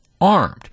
armed